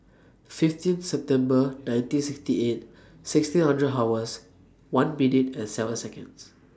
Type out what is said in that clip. fifteen September nineteen sixty eight sixteen hundred hours one minute and seven Seconds